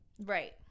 Right